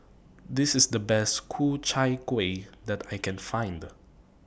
This IS The Best Ku Chai Kueh that I Can Find